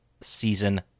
season